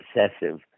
obsessive